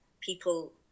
people